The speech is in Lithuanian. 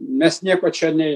mes nieko čia ne